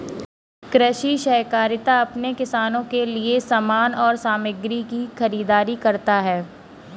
कृषि सहकारिता अपने किसानों के लिए समान और सामग्री की खरीदारी करता है